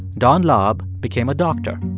don laub became a doctor.